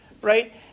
right